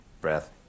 Breath